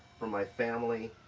for my family,